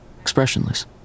Expressionless